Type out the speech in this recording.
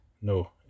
no